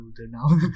now